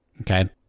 okay